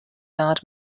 guard